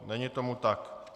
Není tomu tak.